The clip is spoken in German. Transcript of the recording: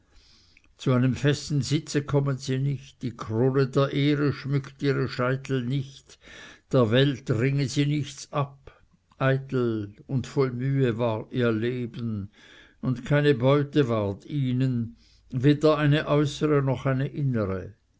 zu einem festen sitz kommen sie nicht die krone der ehre schmückt ihre scheitel nicht der welt ringen sie nichts ab eitel und voll mühe war ihr leben und keine beute ward ihnen weder eine äußere noch eine innere